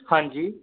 ਹਾਂਜੀ